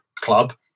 club